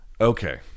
Okay